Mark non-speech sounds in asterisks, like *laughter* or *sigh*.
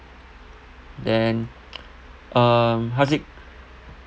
then *noise* um haziq